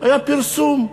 היה פרסום,